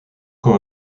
ans